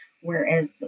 whereas